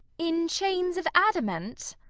in chains of adamant?